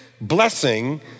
blessing